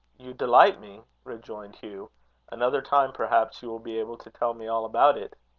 you delight me, rejoined hugh another time, perhaps, you will be able to tell me all about it.